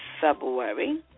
February